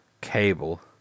cable